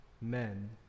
men